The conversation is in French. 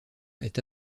est